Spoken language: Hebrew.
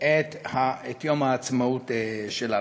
את יום העצמאות שלנו.